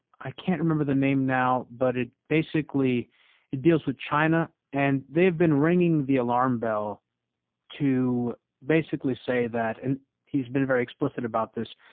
i can't remember the name now, but basically it deals with china and they've been ringing the alarm bell to basically say that, and he's been very explicit about this,